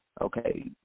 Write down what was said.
okay